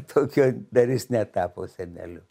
tokio dar jis netapo seneliu